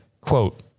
quote